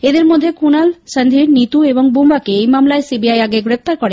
এঁদের মধ্যে কুণাল সন্ধির নীতু এবং বুম্বাকে সারদায় সিবিআই আগে গ্রেপ্তার করে